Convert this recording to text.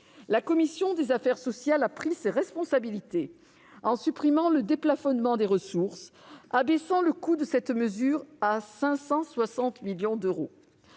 La commission des affaires sociales a pris ses responsabilités, en supprimant le déplafonnement des ressources, ce qui abaisse le coût du dispositif à 560 millions d'euros.